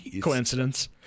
Coincidence